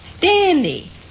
Dandy